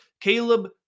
Caleb